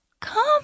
come